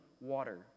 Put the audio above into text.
water